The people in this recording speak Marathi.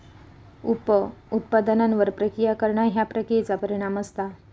उप उत्पादनांवर प्रक्रिया करणा ह्या प्रक्रियेचा परिणाम असता